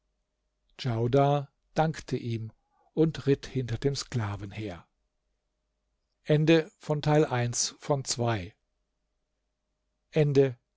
djaudar dankte ihm und ritt hinter dem sklaven her